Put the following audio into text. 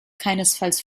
keinesfalls